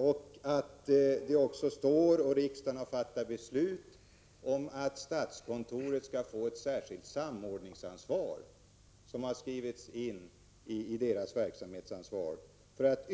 Vidare har riksdagen fattat beslut om att statskontoret skall få ett särskilt samordningsansvar, som har skrivits in i statskontorets verksamhetsansvar, för att